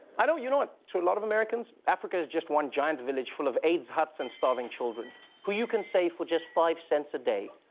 i know. you know what, to a lot of americans africa is just one giant village, full of aids huts and starving children who you can save for just five cents a day!